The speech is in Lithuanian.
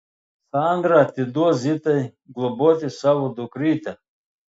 sandra atiduos zitai globoti savo dukrytę